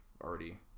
already